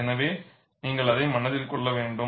எனவே நீங்கள் அதை மனதில் கொள்ள வேண்டும்